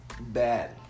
bad